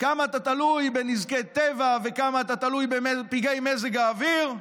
כמה אתה תלוי בנזקי טבע וכמה אתה תלוי בפגעי מזג האוויר,